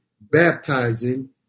baptizing